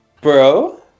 Bro